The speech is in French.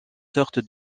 sorte